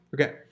Okay